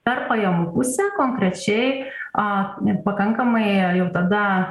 per pajamų pusę konkrečiai a nepakankamai jau tada